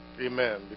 Amen